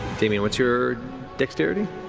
damian, what's your dexterity?